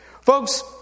Folks